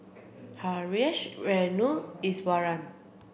Haresh Renu Iswaran